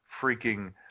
freaking